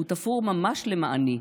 הוא תפור ממש למעני'.